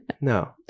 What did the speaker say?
No